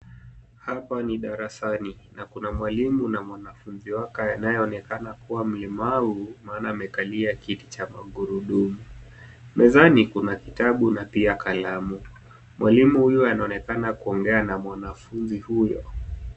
Hapa ni darasani na kuna mwalimu na mwanafunzi wake anayeonekana kuwa mlemavu maana amekalia kiti cha magurudumu. Mezani kuna kitabu na pia kalamu. Mwalimu huyu anaonekana kuongea na mwanafunzi huyo.